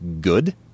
good